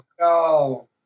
no